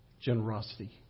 generosity